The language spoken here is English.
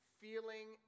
feeling